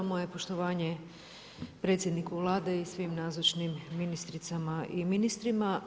Moje poštovanje predsjedniku Vlade i svim nazočnim ministricama i ministrima.